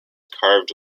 carved